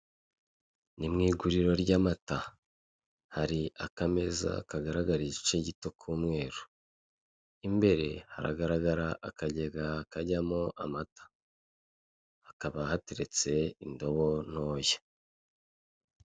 Ni mu iguriro ry'amata, hari akameza kagaragara igice gito k'umweru, imbere haragaragara akagega kajyamo amata, hakaba hateretse indobo ntoya.